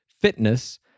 fitness